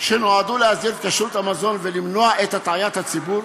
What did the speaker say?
שנועדו להסדיר את כשרות המזון בבית-העסק ולמנוע את הטעיית הציבור.